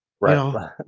Right